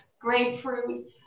grapefruit